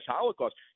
Holocaust